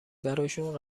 براشون